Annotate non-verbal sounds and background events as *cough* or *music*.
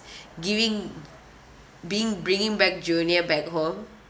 *breath* giving being bringing back junior back home